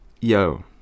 yo